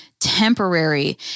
temporary